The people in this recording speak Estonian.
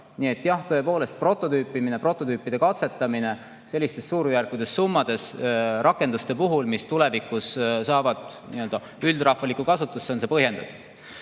Nii et jah, tõepoolest: prototüüpimine, prototüüpide katsetamine sellistes suurusjärkudes summadega rakenduste puhul, mis tulevikus saavad üldrahvalikku kasutusse, on põhjendatud. Teiseks,